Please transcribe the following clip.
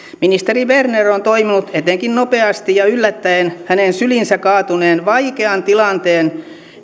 ministeri berner on toiminut etenkin nopeasti ja vastuullisesti hänen syliinsä yllättäen kaatuneen vaikean tilanteen